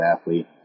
athlete